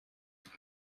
vous